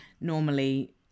normally